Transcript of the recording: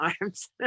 arms